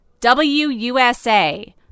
WUSA